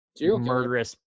murderous